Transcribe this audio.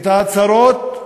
את ההצהרות,